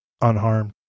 unharmed